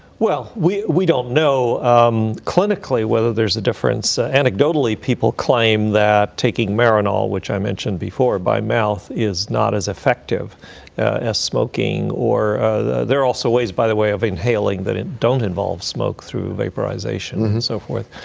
well, we we don't know clinically whether there's a difference. anecdotally, people claim that taking marinol, which i mentioned before, by mouth is not as effective as smoking or there are also ways, by the way, of inhaling that don't involve smoke, through vaporization and so forth.